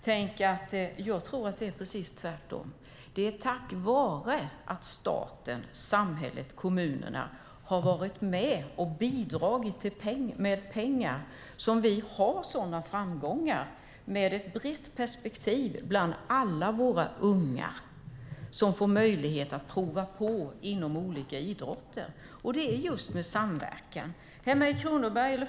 Tänk att jag tror att det är precis tvärtom - det är tack vare att staten, samhället och kommunerna har varit med och bidragit med pengar som vi har sådana framgångar med ett brett perspektiv bland alla våra unga som får möjlighet att prova på inom olika idrotter. Det är just med samverkan.